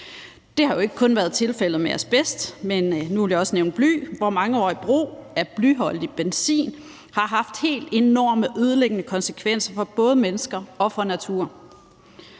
Det har jo ikke kun været tilfældet med asbest; jeg vil også nævne bly, og mangeårigt brug af blyholdig benzin har haft helt enormt ødelæggende konsekvenser for både mennesker og for natur.